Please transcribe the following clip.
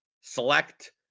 select